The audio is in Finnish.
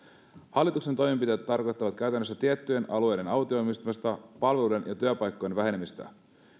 hallituksen toimenpiteet tarkoittavat käytännössä tiettyjen alueiden autioitumista palveluiden ja työpaikkojen vähenemistä